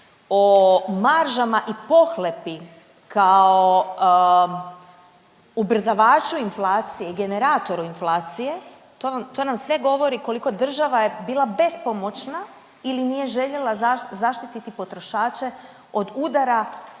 o maržama i pohlepi kao ubrzavaču inflacije i generatoru inflacije to nam sve govori koliko država je bila bespomoćna ili nije željela zaštiti potrošače od udara